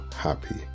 happy